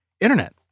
internet